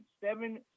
Seven